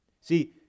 See